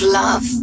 love